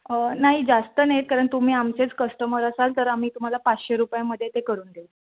नाही जास्त नाही कारण तुम्ही आमचेच कस्टमर असाल तर आम्ही तुम्हाला पाचशे रुपयामध्ये ते करून देऊ